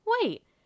wait